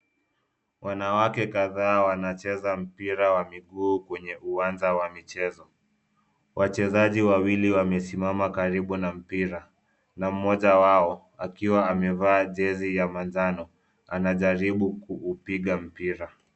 Wanawake kadhaa wanacheza mpira wa miguu kwenye uwanja wa michezo. Wachezaji wawili wamesimama karibu na mpira na mmoja wao akiwa amevaa jezi ya manjano, anajaribu kupiga mpira.